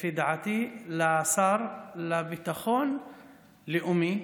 לפי דעתי, לשר לביטחון הלאומי,